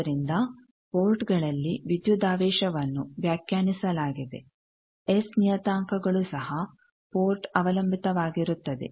ಆದ್ದರಿಂದ ಪೋರ್ಟ್ಗಳಲ್ಲಿ ವಿದ್ಯುದಾವೇಶವನ್ನು ವ್ಯಾಖ್ಯಾನಿಸಲಾಗಿದೆ ಎಸ್ ನಿಯತಾಂಕಗಳು ಸಹ ಪೋರ್ಟ್ ಅವಲಂಬಿತವಾಗಿರುತ್ತದೆ